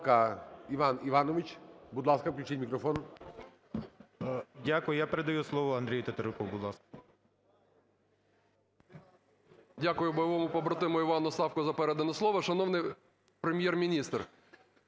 Дякую бойовому побратиму Івану Савку за передане слово. Шановні Прем'єр-міністр,